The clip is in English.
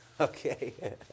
Okay